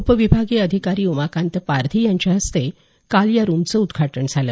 उपविभागीय अधिकारी उमाकांत पारधी यांच्या हस्ते काल या रुमचं उद्घाटन झालं